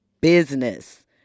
business